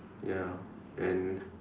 ya and